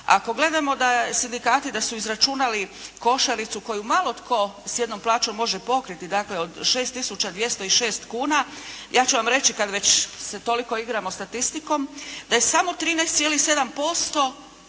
Ako gledamo da sindikati da su izračunali košaricu koju malo tko os jednom plaćom može pokriti, dakle od 6.206,00 kuna, ja ću vam reći kada već se toliko igramo statistikom, da je samo 13,7%